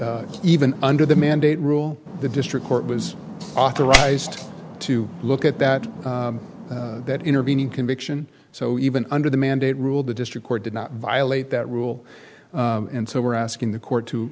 that even under the mandate rule the district court was authorized to look at that that intervening conviction so even under the mandate rule the district court did not violate that rule and so we're asking the court to